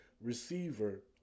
receiver